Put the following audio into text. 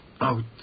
out